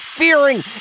Fearing